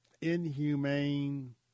inhumane